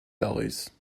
bellies